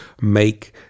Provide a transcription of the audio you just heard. make